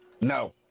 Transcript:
No